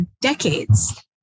decades